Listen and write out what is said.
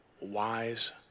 wise